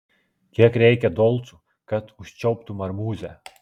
kiek reikia dolcų kad užčiauptum marmuzę